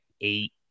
eight